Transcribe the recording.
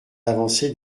avancée